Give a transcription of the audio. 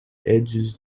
edges